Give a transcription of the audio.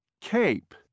cape